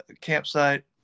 campsite